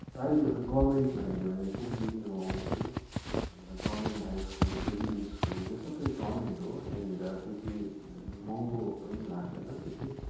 प्राय गभर्मेन्ट हेऱ्यो भने कुम्दिनी होम्स है अनि त government high school Jubilee school यो सबै गभर्मेन्ट हो यहाँनिर त्यति महँगो पनि लाग्दैन त्यति